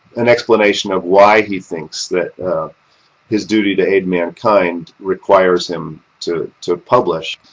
an explanation of why he thinks that his duty to aid mankind requires him to to publish.